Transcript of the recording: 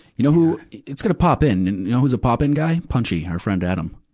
you know who it's gonna pop in, and you know who's a pop in guy? punchy, our friend, adam.